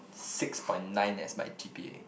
six point nine as my g_p_a